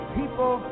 people